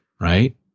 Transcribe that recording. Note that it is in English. right